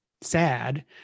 sad